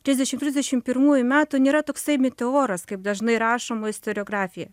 trisdešimt trisdešimt pirmųjų metų nėra toksai meteoras kaip dažnai rašoma istoriografijoj